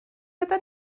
gyda